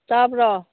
ꯇꯥꯕ꯭ꯔꯣ